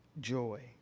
joy